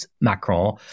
Macron